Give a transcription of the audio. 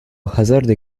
hazarde